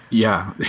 yeah,